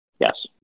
Yes